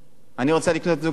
אני רוצה לקנות זוג נעליים,